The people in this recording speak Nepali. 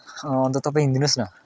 अन्त तपाईँ हिँडिदिनुहोस् न